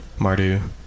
Mardu